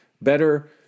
better